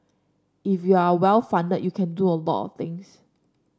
if you are well funded you can do a lot of things